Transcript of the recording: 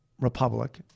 republic